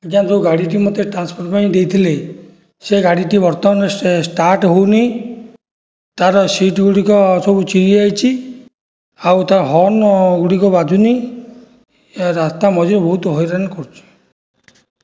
ଆଜ୍ଞା ଯେଉଁ ଗାଡ଼ିଟି ମୋତେ ଟ୍ରାନ୍ସଫର୍ ପାଇଁ ଦେଇଥିଲେ ସେ ଗାଡ଼ିଟି ବର୍ତ୍ତମାନ ଷ୍ଟାର୍ଟ ହେଉନି ତା'ର ସିଟ୍ ଗୁଡ଼ିକ ସବୁ ଚିରିଯାଇଛି ଆଉ ତା ହର୍ଣ୍ଣ ଗୁଡ଼ିକ ବାଜୁନି ଏହା ରାସ୍ତା ମଝିରେ ବହୁତ ହଇରାଣ କରୁଛି